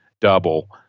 double